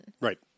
right